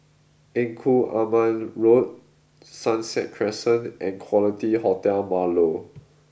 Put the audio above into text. Engku Aman Road Sunset Crescent and Quality Hotel Marlow